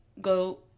go